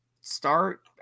start